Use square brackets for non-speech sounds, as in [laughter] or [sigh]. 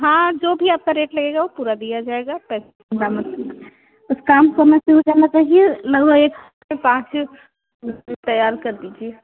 हाँ जो भी आपका रेट लगेगा वह पूरा दिया जाएगा पैसे की चिन्ता मत कीजिए बस काम समय से हो जाना चाहिए [unintelligible] एक पाँच [unintelligible] तैयार कर दीजिए